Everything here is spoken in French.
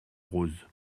rose